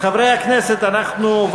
חברי הכנסת, 24 בעד, אין מתנגדים, אין נמנעים.